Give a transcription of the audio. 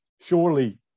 surely